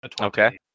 Okay